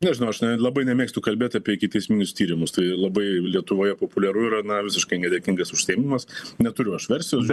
nežinau aš labai nemėgstu kalbėt apie ikiteisminius tyrimus tai labai lietuvoje populiaru yra na visiškai nedėkingas užsiėmimas neturiu aš versijos